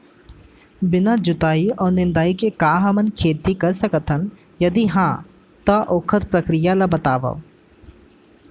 बिना जुताई अऊ निंदाई के का हमन खेती कर सकथन, यदि कहाँ तो ओखर प्रक्रिया ला बतावव?